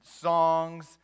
songs